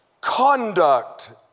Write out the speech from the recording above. conduct